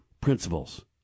principles